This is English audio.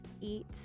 eat